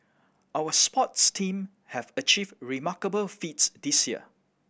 our sports team have achieved remarkable feats this year